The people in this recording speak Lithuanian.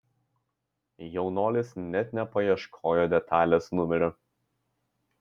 jaunuolis net nepaieškojo detalės numerio